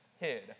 hid